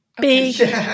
big